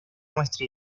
nuestra